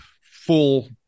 full